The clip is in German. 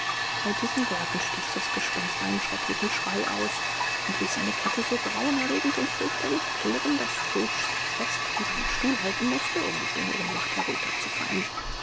bei diesen worten stieß das gespenst einen schrecklichen schrei aus und ließ seine kette so grauenerregend und fürchterlich klirren daß scrooge sich fest an seinen stuhl halten mußte um nicht in ohnmacht herunterzufallen